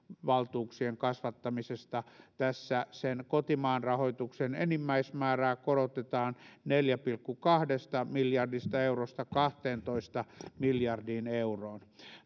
valtuuksien kasvattamisesta tässä sen kotimaan rahoituksen enimmäismäärää korotetaan neljästä pilkku kahdesta miljardista eurosta kahteentoista miljardiin euroon